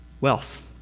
wealth